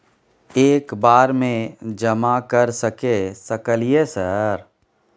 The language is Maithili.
एक बार में जमा कर सके सकलियै सर?